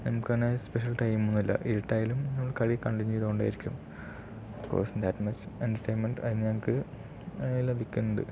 നമുക്ക് അങ്ങനെ special time ഒന്നുമില്ല ഇരുട്ടായാലും നമ്മൾ കളി കൺണ്ടിന്യു ചെയ്തു കൊണ്ടേയിരിക്കും ബികോസ് ദാറ്റ് മച്ച് എൻറ്റർടൈൻമെന്റ് അതിൽ നിന്ന് ഞങ്ങൾക്ക് ലഭിക്കുന്നുണ്ട്